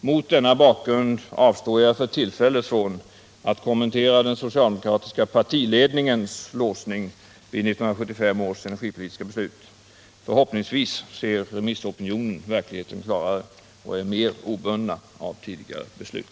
Mot denna bakgrund avstår jag för tillfället från att kommentera den socialdemokratiska partiledningens låsning vid 1975 års energipolitiska beslut. Förhoppningsvis ser remissopinionen verkligheten klarare och är mer obunden av tidigare beslut.